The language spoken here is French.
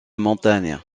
montagne